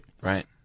Right